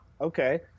okay